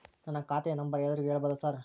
ನನ್ನ ಖಾತೆಯ ನಂಬರ್ ಎಲ್ಲರಿಗೂ ಹೇಳಬಹುದಾ ಸರ್?